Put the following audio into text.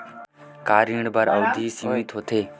का ऋण बर अवधि सीमित होथे?